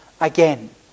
again